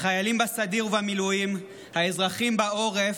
החיילים בסדיר ובמילואים, האזרחים בעורף,